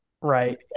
Right